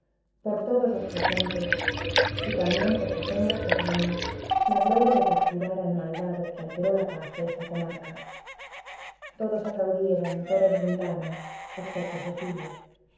por todos los presentes y también porque tenga serrano la gloria de capturar al malvado que alteró la paz de esta comarca todos aplaudieron todos brindaron excepto cecilia